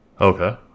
Okay